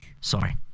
Sorry